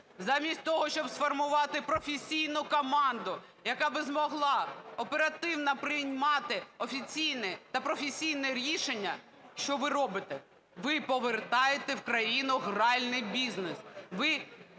Замість того, щоб сформувати професійну команду, яка би змогла оперативно приймати офіційне та професійне рішення, що ви робите – ви повертаєте в країну гральний бізнес.